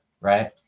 right